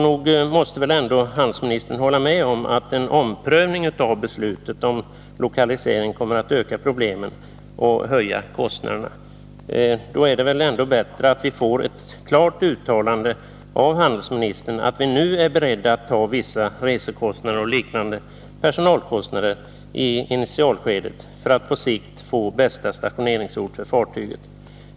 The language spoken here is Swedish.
Nog måste väl handelsministern hålla med om att en omprövning av beslutet om lokalisering kommer att öka problemen och höja kostnaderna. Då är det väl bättre att handelsministern klart uttalar att man nu är beredd att ta vissa resekostnader och liknande personalkostnader i initialskedet för att på sikt få bästa stationeringsort för fartyget.